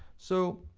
so,